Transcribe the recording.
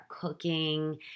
cooking